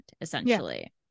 essentially